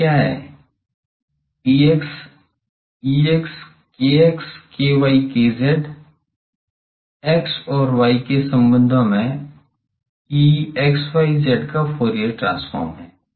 यह क्या है Ex Ex x और y के संबंध में E का फूरियर ट्रांसफॉर्म है